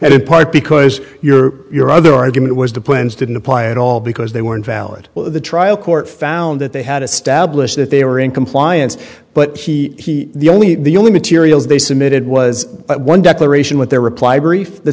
and in part because your your other argument was the plans didn't apply at all because they were invalid the trial court found that they had established that they were in compliance but he the only the only materials they submitted was one declaration with their reply brief th